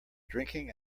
drinking